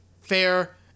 fair